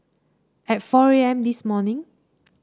at four A M this morning